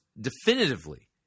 definitively